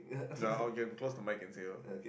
ya or you can close the mic and say lor